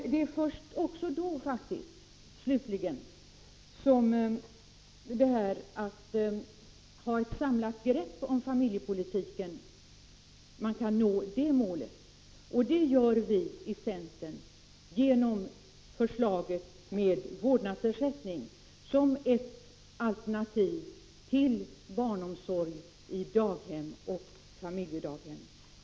Det är först då, slutligen, som man kan nå målet att ha ett samlat grepp om familjepolitiken. Och det gör vi i centern genom förslaget om vårdnadsersättning som ett alternativ till barnomsorg i daghem och familjedaghem.